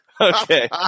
Okay